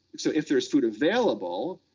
so if there's food available,